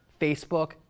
Facebook